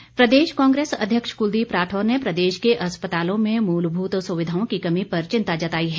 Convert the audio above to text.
राठौर प्रदेश कांग्रेस अध्यक्ष कुलदीप राठौर ने प्रदेश के अस्पतालों में मूलभूत सुविधाओं की कमी पर चिंता जताई है